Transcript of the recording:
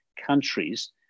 countries